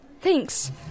Thanks